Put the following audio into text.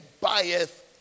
buyeth